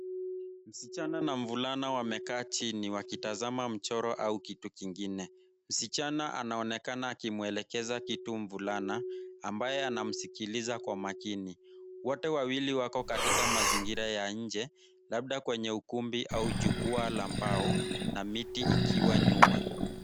Msichana na mvulana wamekaa chini wakitazama mchoro au kitu kingine msichana anaonekana akimwelekeza kitu mvulana ambaye anamsikiliza kwa makini. Wote wawili wako katika mazingira ya nje labda kwenye ukumbi au jukwaa la mbao na miti ikiwa nyuma.